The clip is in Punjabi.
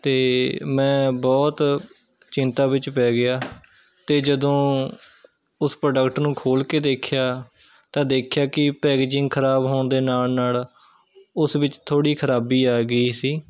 ਅਤੇ ਮੈਂ ਬਹੁਤ ਚਿੰਤਾ ਵਿੱਚ ਪੈ ਗਿਆ ਅਤੇ ਜਦੋਂ ਉਸ ਪ੍ਰੋਡਕਟ ਨੂੰ ਖੋਲ੍ਹਕੇ ਦੇਖਿਆ ਤਾਂ ਦੇਖਿਆ ਕਿ ਪੈਕਜਿੰਗ ਖ਼ਰਾਬ ਹੋਣ ਦੇ ਨਾਲ ਨਾਲ ਉਸ ਵਿੱਚ ਥੋੜ੍ਹੀ ਖ਼ਰਾਬੀ ਆ ਗਈ ਸੀ